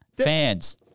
fans